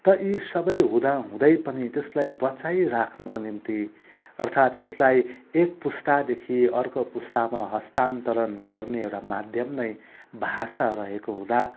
त यी सबै हुँदाहुँदै पनि त्यसलाई बचाइराख्नको निम्ति अर्थात् त्यसलाई एक पुस्तादेखि अर्को पुस्तामा हस्तान्तरण गर्ने एउटा माध्यम नै भाषा रहेको हुँदा